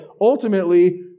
Ultimately